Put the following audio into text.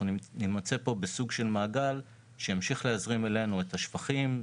אנחנו נמצא פה בסוג של מעגל שימשיך להזרים אלינו את השפכים,